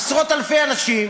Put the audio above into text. עשרות אלפי אנשים,